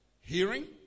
hearing